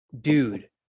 dude